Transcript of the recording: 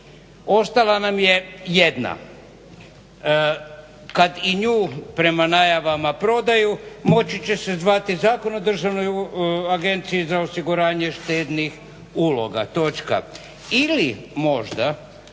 Ostala nam je jedna, kad i nju prema najavama prodaju moći će se zvati zakon o državnoj agenciji za osiguranje štednih uloga. Ili možda